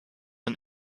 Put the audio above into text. and